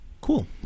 cool